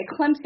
Clemson